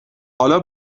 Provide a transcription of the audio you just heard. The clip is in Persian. حالا